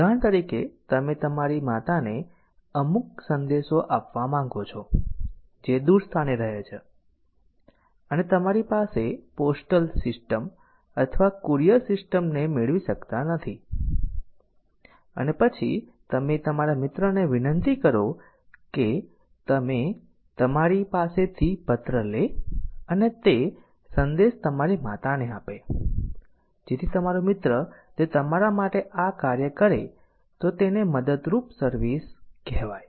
ઉદાહરણ તરીકે તમે તમારી માતાને અમુક સંદેશો આપવા માંગો છો જે દૂર સ્થાને રહે છે અને તમારી પાસે પોસ્ટલ સિસ્ટમ અથવા કુરિયર સિસ્ટમને મેળવી શકતા નથી અને પછી તમે તમારા મિત્રને વિનંતી કરો કે તે તમારી પાસેથી પત્ર લે અને તે સંદેશ તમારી માતાને આપે જેથી તમારો મિત્ર તે તમારા માટે આ કાર્ય કરે તો તેને મદદરૂપ સર્વિસ કહેવાય